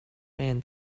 man